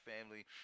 family